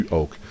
ook